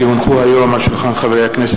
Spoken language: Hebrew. כי הונחו היום על שולחן הכנסת,